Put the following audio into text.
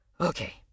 Okay